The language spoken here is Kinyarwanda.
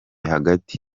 hagati